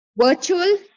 Virtual